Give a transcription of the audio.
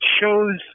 shows